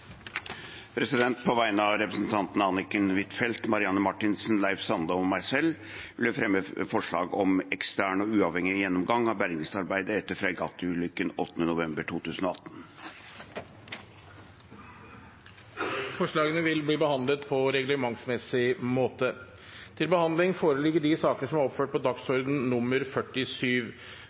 På vegne av representantene Anniken Huitfeldt, Marianne Marthinsen, Leif Audun Sande og meg selv vil jeg fremme et forslag om ekstern og uavhengig gjennomgang av bergingsarbeidet etter fregattulykken 8. november 2018. Forslagene vil bli behandlet på reglementsmessig måte.